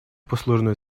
послужной